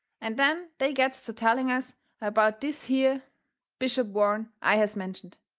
and then they gets to telling us about this here bishop warren i has mentioned.